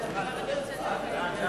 התשס"ט 2009,